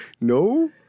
No